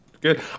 Good